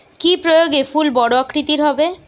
কি প্রয়োগে ফুল বড় আকৃতি হবে?